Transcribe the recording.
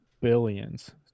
billions